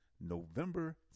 November